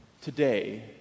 today